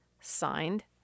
signed